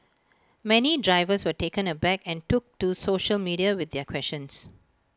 many drivers were taken aback and took to social media with their questions